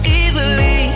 easily